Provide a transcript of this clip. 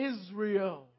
Israel